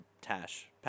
tash